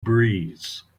breeze